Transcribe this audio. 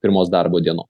pirmos darbo dienos